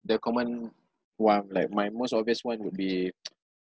the common one like my most obvious one would be